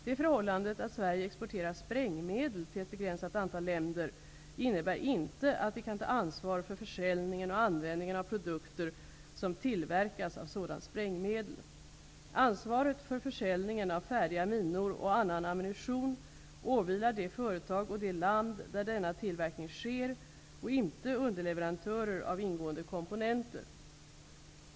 Det förhållandet att Sverige exporterar sprängmedel till ett begränsat antal länder innebär inte att vi kan ta ansvar för försäljningen och användningen av produkter som tillverkas av sådant sprängmedel. Ansvaret för försäljningen av färdiga minor och annan ammunition åvilar det företag och det land där denna tillverkning sker och inte underleverantörer av ingående komponenter.